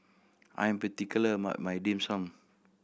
I am particular about my Dim Sum